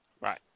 Right